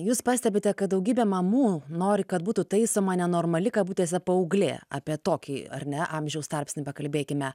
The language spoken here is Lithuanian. jūs pastebite kad daugybė mamų nori kad būtų taisoma nenormali kabutėse paauglė apie tokį ar ne amžiaus tarpsnį pakalbėkime